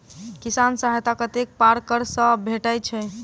किसान सहायता कतेक पारकर सऽ भेटय छै?